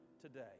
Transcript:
today